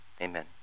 amen